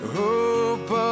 hope